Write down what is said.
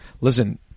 listen